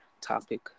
topic